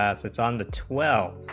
ah sits on the twelfth